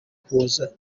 ukuboza